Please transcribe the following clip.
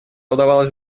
удавалось